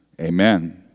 Amen